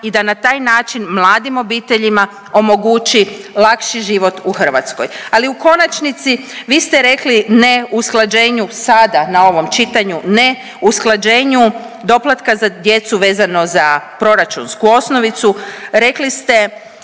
i da na taj način mladim obiteljima omogući lakši život u Hrvatskoj. Ali u konačnici, vi ste rekli ne usklađenju sada na ovom čitanju ne, usklađenju doplatka za djecu vezano za proračunsku osnovicu, rekli ste